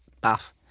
bath